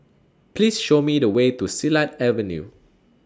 Please Show Me The Way to Silat Avenue